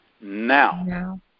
Now